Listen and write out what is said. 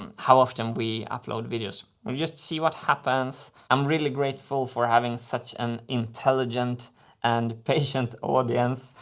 um how often we upload videos. we'll just see what happens. i'm really grateful for having such an intelligent and patient audience.